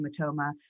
hematoma